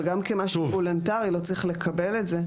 אבל גם כמשהו וולונטרי לא צריך לקבל את זה,